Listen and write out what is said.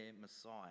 Messiah